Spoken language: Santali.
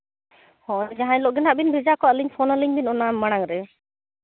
ᱦᱚᱲ ᱡᱟᱦᱟᱸ ᱦᱤᱞᱳᱜ ᱜᱮᱦᱟᱸᱜ ᱵᱤᱱ ᱵᱷᱮᱡᱟ ᱠᱚᱣᱟ ᱟᱹᱞᱤᱧ ᱯᱷᱳᱱ ᱟᱹᱞᱤᱧ ᱵᱮᱱ ᱚᱱᱟ ᱢᱟᱲᱟᱝ ᱨᱮ